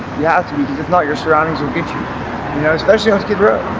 yeah not your surroundings will get you. you know, especially on skid row.